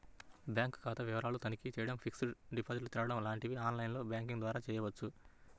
bank ఖాతా వివరాలను తనిఖీ చేయడం, ఫిక్స్డ్ డిపాజిట్లు తెరవడం లాంటివి ఆన్ లైన్ బ్యాంకింగ్ ద్వారా చేయవచ్చు